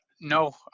no